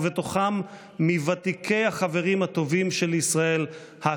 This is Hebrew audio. ובתוכם מוותיקי החברים הטובים של ישראל,